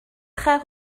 très